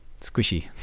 squishy